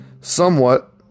somewhat